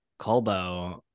Colbo